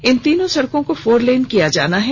इन तीनों सड़कों को फोरलेन किया जायेगा